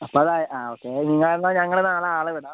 അപ്പോൾ അത് ആ ഓക്കെ നിങ്ങളെന്നാൽ ഞങ്ങൾ നാളെ ആളെ വിടാം